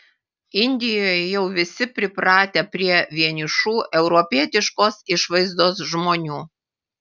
indijoje jau visi pripratę prie vienišų europietiškos išvaizdos žmonių